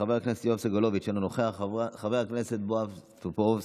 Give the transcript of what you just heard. חבר הכנסת יואב סגלוביץ'